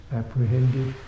apprehended